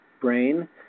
brain